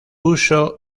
uso